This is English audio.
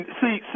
see